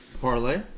parlay